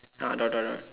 dot dot dot dot